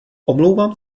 omlouvám